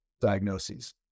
diagnoses